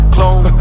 Clone